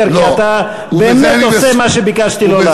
כי אתה באמת עושה מה שביקשתי לא לעשות.